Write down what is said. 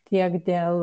tiek dėl